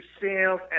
sales